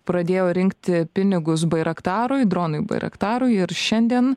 pradėjo rinkti pinigus bairaktarui dronui bairaktarui ir šiandien